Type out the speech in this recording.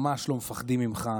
ממש, לא מפחדים ממך.